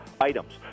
items